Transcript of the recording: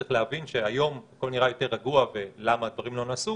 צריך להבין שהיום הכול נראה יותר רגוע ולמה הדברים לא נעשו